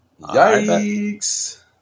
Yikes